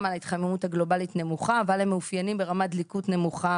על ההתחממות הגלובלית נמוכה אבל הם מאפיינים ברמת דליקות נמוכה